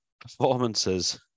performances